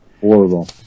Horrible